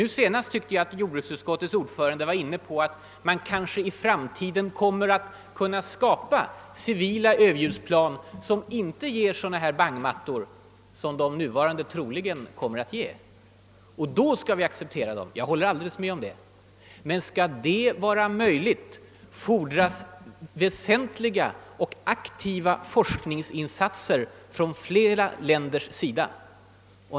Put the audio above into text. Nu senast var utskottets ordförande inne på tanken att man kanske i framtiden kommer att skapa civila överljudsplan, som inte åstadkommer sådana bangmattor som de nuvarande troligen kommer att vålla. Då skall vi acceptera dem, menade han. Jag håller helt med om att då kan de godtas. Men skall detta vara möjligt, vilket är ytterst osäkert, fordras väsentliga och aktiva forskningsinsatser från flera länders sida.